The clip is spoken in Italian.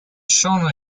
sono